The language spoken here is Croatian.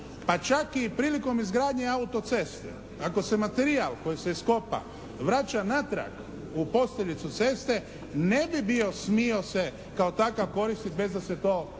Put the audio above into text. pa čak i prilikom izgradnje auto-ceste. Ako se materijal koji se iskopa vraća natrag u posteljicu ceste ne bi bio smio se kao takav koristiti bez da se to regulira